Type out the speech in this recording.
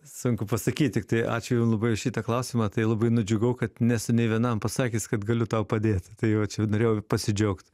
sunku pasakyt tiktai ačiū jum labai už šitą klausimą tai labai nudžiugau kad nesu nei vienam pasakęs kad galiu tau padėt tai va čia norėjau pasidžiaugt